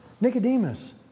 Nicodemus